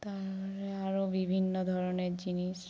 তারে আরো বিভিন্ন ধরনের জিনিস